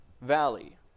valley